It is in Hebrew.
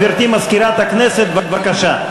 גברתי מזכירת הכנסת, בבקשה.